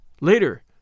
Later